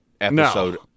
episode